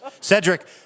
Cedric